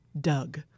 Doug